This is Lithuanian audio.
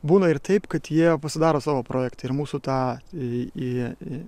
būna ir taip kad jie pasidaro savo projektą ir mūsų tą į